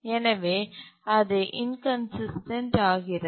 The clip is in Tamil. எனவே அது இன்கன்சிஸ்டன்ட் ஆகிறது